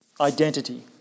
Identity